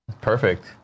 perfect